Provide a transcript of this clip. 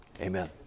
amen